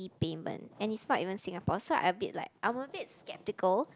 E payment and it's not even Singapore so I a bit like I'm a bit skeptical